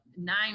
nine